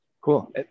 Cool